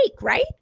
right